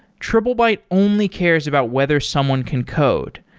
triplebyte only cares about whether someone can code.